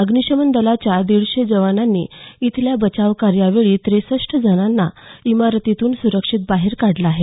अग्नीशमन दलाच्या दिडशे जवानांनी इथल्या बचावकार्यावेळी ट्रेसष्ठ जणांना इमारतीतून सुरक्षित बाहेर काढलं आहे